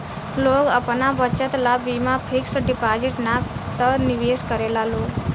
लोग आपन बचत ला बीमा फिक्स डिपाजिट ना त निवेश करेला लोग